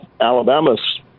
Alabama's